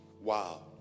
Wow